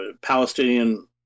Palestinian